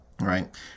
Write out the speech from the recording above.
right